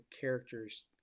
characters